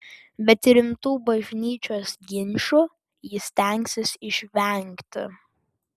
bet rimtų bažnyčios ginčų ji stengsis išvengti